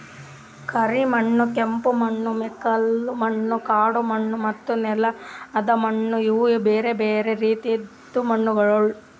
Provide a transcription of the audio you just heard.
ಕರಿ ಮಣ್ಣು, ಕೆಂಪು ಮಣ್ಣು, ಮೆಕ್ಕಲು ಮಣ್ಣು, ಕಾಡು ಮಣ್ಣು ಮತ್ತ ನೆಲ್ದ ಮಣ್ಣು ಇವು ಬ್ಯಾರೆ ಬ್ಯಾರೆ ರೀತಿದು ಮಣ್ಣಗೊಳ್